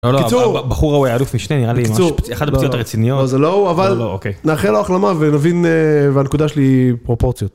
בקיצור, בחור ההוא היה אלוף משנה נראה לי, אחד הפציעות הרציניות. לא זה לא, אבל נאחל על החלמה ונבין, והנקודה שלי היא פרופורציות.